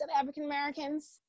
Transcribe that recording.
African-Americans